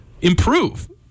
improve